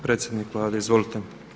Predsjednik Vlade, izvolite.